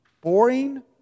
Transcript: boring